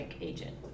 agent